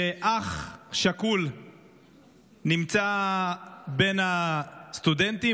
כשאח שכול נמצא בין הסטודנטים,